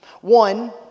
One